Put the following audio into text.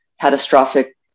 catastrophic